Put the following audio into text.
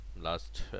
last